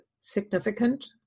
significant